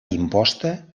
imposta